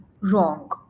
wrong